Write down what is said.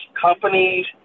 companies